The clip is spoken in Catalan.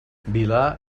vilà